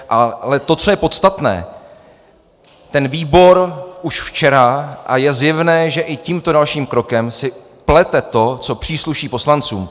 Ale to, co je podstatné, ten výbor už včera, a je zjevné, že i tímto dalším krokem si plete to, co přísluší poslancům.